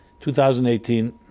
2018